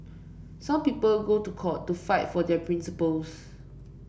some people go to court to fight for their principles